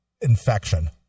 infection